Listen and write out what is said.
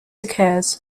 occurs